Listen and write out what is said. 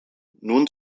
nun